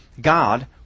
God